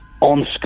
on